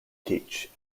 teach